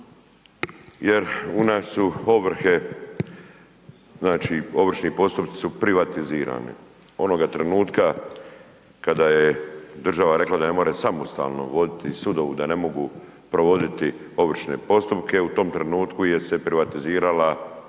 jer u nas su ovrhe, ovršni postupci su privatizirani. Onoga trenutka kada je država rekla da ne može samostalno voditi sudove, da ne mogu provoditi ovršne postupke u tom su se trenutku privatizirali